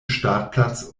startplatz